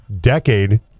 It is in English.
decade